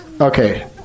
Okay